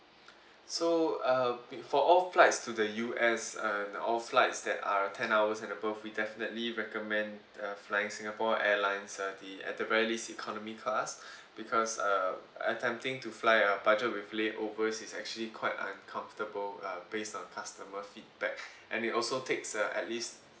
so uh be~ for all flights to the U_S and all flights that are ten hours and above we definitely recommend uh flying singapore airlines at the at the very least economy class because uh attempting to fly a budget with layover is actually quite uncomfortable uh based on customer feedback and it also takes uh at least